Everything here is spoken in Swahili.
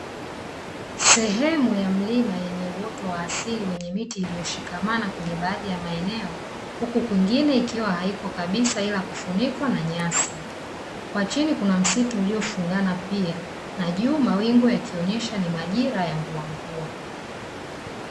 Sehemu ya mlima yenye uoto wa asili yenye miti iliyoshikamana kwenye baadhi ya maeneo, huku kwengine ikiwa haiko kabisa ila kufunikwa na nyasi, kwa chini kuna msitu uliofungana pia na juu mawingu yakionesha ni majira ya mvua mvua.